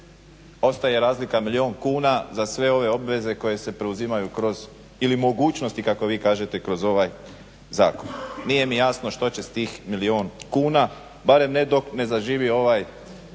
Ostaje razlika milijun kuna za sve ove obveze koje se preuzimaju kroz ili mogućnosti kako vi kažete kroz ovaj zakon. Nije mi jasno što će s tih milijun kuna, barem ne dok ne zaživi ovaj